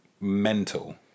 mental